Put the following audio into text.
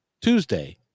Tuesday